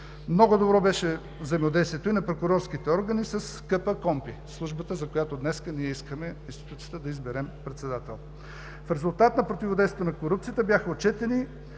Много добро беше взаимодействието и на прокурорските органи с КПКОНПИ, за която днес ние искаме да изберем председател. В резултат на противодействието на корупцията бяха отчетени